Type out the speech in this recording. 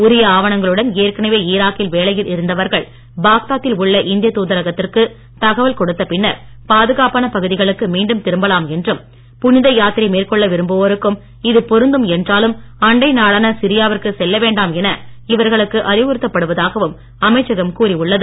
உரிய ஆவணங்களுடன் ஏற்கனவே ஈராக்கில் வேலையில் இருந்தவர்கள் பாக்தாத்தில் உள்ள இந்திய தூதரகத்திற்கு தகவல் கொடுத்த பின்னர் பாதுகாப்பான பகுதிகளுக்கு மீண்டும் திரும்பலாம் என்றும் புனித யாத்திரை மேற்கொள்ள விரும்புவோருக்கும் இது பொருந்தும் என்றாலும் அண்டை நாடான சிரியாவிற்கு செல்ல வேண்டாம் என இவர்களுக்கு அறிவுறுத்தப் படுவதாகவும் அமைச்சகம் கூறி உள்ளது